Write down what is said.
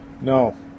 No